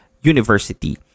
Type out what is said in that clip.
University